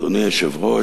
אדוני היושב-ראש,